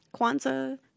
Kwanzaa